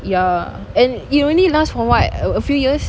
ya and it only last for what a a few years